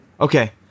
Okay